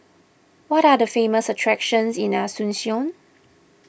what are the famous attractions in Asuncion